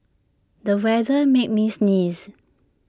the weather made me sneeze